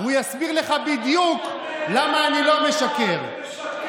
משֹׁמרים לַבֹקר שמרים לבקר.